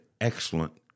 excellent